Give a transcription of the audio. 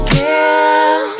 Girl